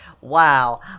wow